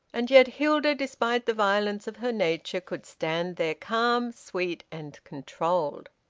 and yet hilda, despite the violence of her nature, could stand there calm, sweet, and controlled.